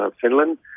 Finland